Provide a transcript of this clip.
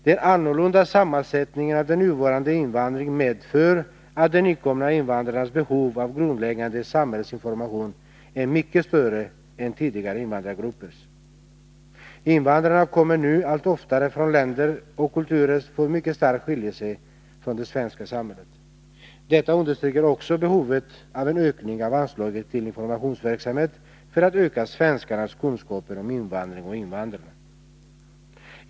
Den annorlunda sammansättningen av den nuvarande invandringen medför att de nykomna invandrarnas behov av grundläggande samhällsinformation är mycket större än tidigare invandrargruppers. Invandrarna kommer nu allt oftare från länder och kulturer som mycket starkt skiljer sig från det svenska samhället. Detta understryker också behovet av en ökning av anslaget till informationsverksamhet för att öka svenskarnas kunskaper om invandring och invandrarna.